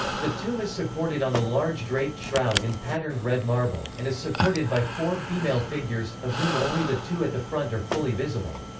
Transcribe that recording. the tomb is supported on a large draped shroud in patterned red marble, and is supported by four female figures, of whom only the two at the front are fully visible.